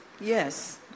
Yes